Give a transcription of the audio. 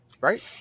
Right